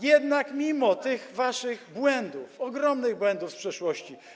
Jednak mimo tych waszych błędów, ogromnych błędów z przeszłości.